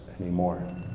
anymore